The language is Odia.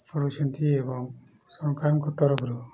ଏବଂ ସରକାରଙ୍କ ତରଫରୁ